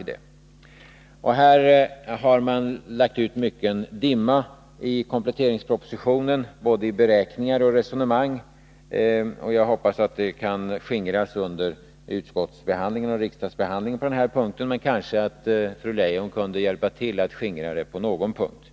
I det avseendet har man lagt ut mycken dimma i kompletteringspropositionen, både i beräkningar och i resonemang. Jag hoppas att den skall skingras under utskottsbehandlingen och riksdagsbehandlingen, men kanske kan fru Leijon hjälpa till att skingra den på någon punkt.